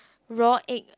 raw egg